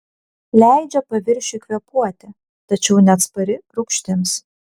leidžia paviršiui kvėpuoti tačiau neatspari rūgštims